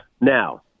Now